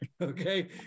okay